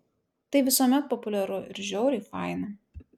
tai visuomet populiaru ir žiauriai faina